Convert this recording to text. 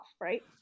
right